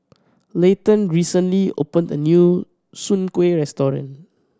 Leighton recently opened a new soon kway restaurant